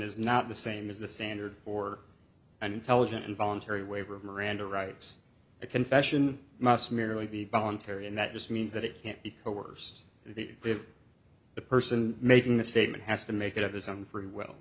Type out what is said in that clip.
is not the same as the standard for an intelligent involuntary waiver of miranda rights a confession must merely be voluntary and that just means that it can't be coerced if the person making the statement has to make it up his own free will